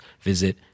visit